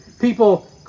People